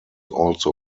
also